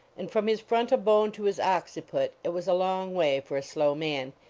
and from his frontal bone to his occiput it was a long way for a slow man.